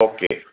okay